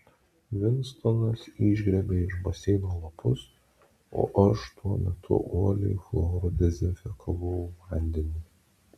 vinstonas išgriebė iš baseino lapus o aš tuo metu uoliai chloru dezinfekavau vandenį